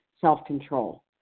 self-control